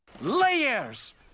Layers